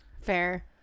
Fair